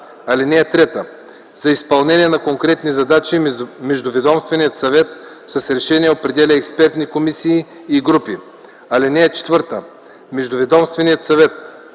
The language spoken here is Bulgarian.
лица. (3) За изпълнение на конкретните задачи, Междуведомственият съвет с решение определя експертни комисии и групи. (4) Междуведомственият съвет: